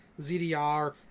ZDR